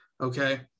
Okay